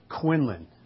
Quinlan